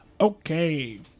Okay